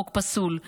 חוק פסול,